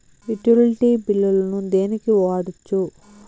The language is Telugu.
యుటిలిటీ బిల్లులను దేనికి వాడొచ్చు?